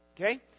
okay